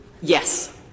Yes